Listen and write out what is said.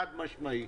חד משמעית.